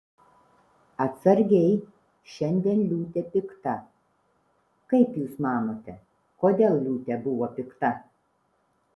atsargiai šiandien liūtė pikta kaip jūs manote kodėl liūtė buvo pikta